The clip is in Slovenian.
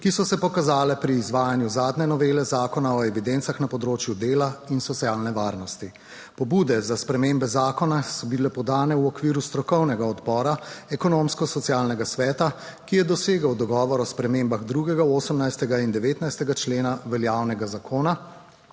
ki so se pokazale pri izvajanju zadnje novele Zakona o evidencah na področju dela in socialne varnosti. Pobude za spremembe zakona so bile podane v okviru strokovnega odbora Ekonomsko-socialnega sveta, ki je dosegel dogovor o spremembah drugega, 18. in 19. člena veljavnega zakona,